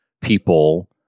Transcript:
people